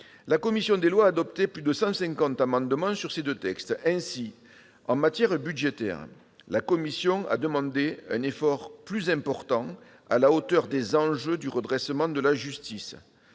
La commission des lois a adopté plus de 150 amendements sur ces deux textes. Ainsi, en matière budgétaire, la commission a demandé un effort plus important, à la hauteur des enjeux du redressement de la justice.